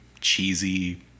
cheesy